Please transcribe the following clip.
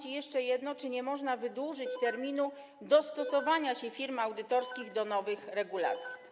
I jeszcze jedno: Czy nie można wydłużyć terminu na dostosowanie działania firm audytorskich do nowych regulacji?